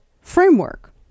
framework